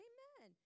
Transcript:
Amen